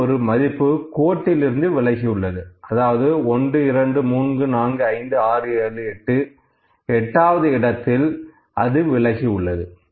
இதில் ஒரு மதிப்பு கோட்டிலிருந்து விலகி உள்ளது அதாவது 1 2 3 4 5 6 7 8 எட்டாவது இடத்தில் அது விலகி உள்ளது